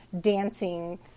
dancing